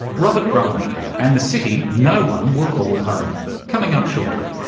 robert brumley and the city no-one will call home, coming up shortly.